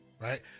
right